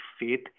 faith